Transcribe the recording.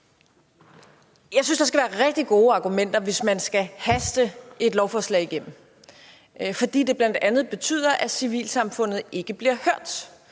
Jeg synes, der skal være rigtig gode argumenter, hvis man skal haste et lovforslag igennem, fordi det bl.a. betyder, at civilsamfundet ikke bliver hørt.